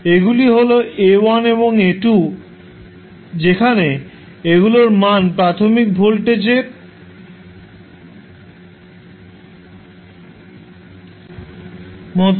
এগুলি হল A1 এবং A2 যেখানে এগুলোর মান প্রাথমিক ভোল্টেজের মত